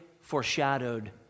foreshadowed